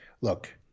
Look